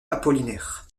apollinaire